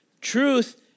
Truth